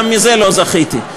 גם לזה לא זכיתי.